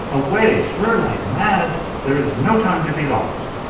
away, spur like mad there is no time to be lost.